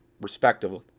respectively